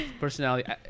Personality